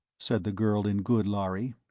said the girl in good lhari.